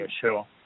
sure